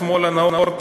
השמאל הנאור,